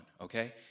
okay